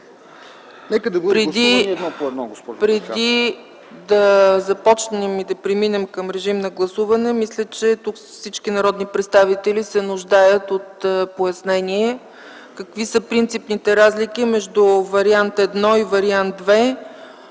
Преди да започнем и да преминем към режим на гласуване, мисля, че всички народни представители се нуждаят от пояснение какви са принципните разлики между Вариант І и Вариант